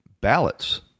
ballots